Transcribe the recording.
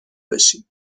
بشیم